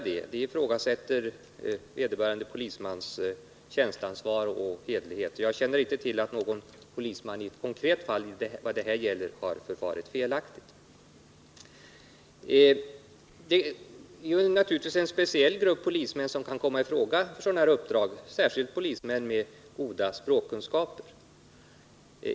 Det ifrågasätter vederbörande polismans tjänsteansvar och hederlighet, och enligt vad jag vet har ingen polisman i något konkret fall förfarit felaktigt. Det är naturligtvis en speciell grupp polismän som kommer i fråga för sådana här uppdrag, särskilt polismän med goda språkkunskaper.